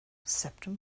septum